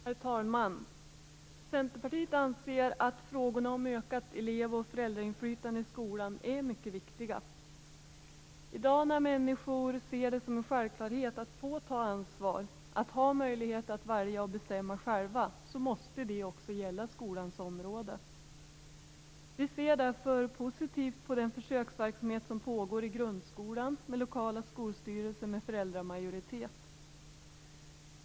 Herr talman! Centerpartiet anser att frågorna om ökat elev och föräldrainflytande i skolan är mycket viktiga. I dag när människor ser det som en självklarhet att få ta ansvar, att ha möjlighet att välja och bestämma själva, måste detta också gälla skolans område. Vi ser därför positivt på den försöksverksamhet som pågår i grundskolan med lokala skolstyrelser med föräldramajoritet.